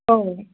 औ